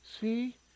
See